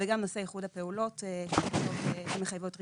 וגם נושא איחוד הפעולות המחייבות רישיון.